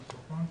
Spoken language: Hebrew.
שלום לכולם.